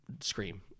scream